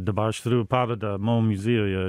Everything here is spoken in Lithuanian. dabar aš turių parodą mo muziejuje